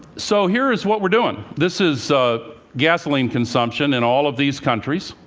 so here's what we're doing. this is gasoline consumption in all of these countries.